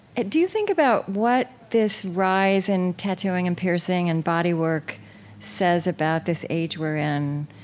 do you think about what this rise in tattooing and piercing and body work says about this age we're in?